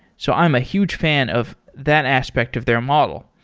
so i'm a huge fan of that aspect of their model.